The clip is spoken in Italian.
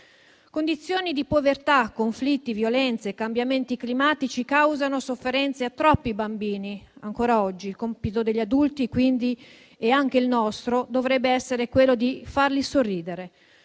Condizioni di povertà, conflitti, violenze, cambiamenti climatici causano sofferenze a troppi bambini ancora oggi. Il compito degli adulti, quindi, e anche il nostro, dovrebbe essere quello di farli sorridere.